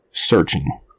searching